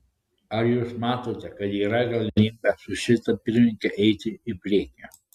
ar jūs matote kad yra galimybė su šita pirmininke eiti į priekį